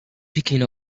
picking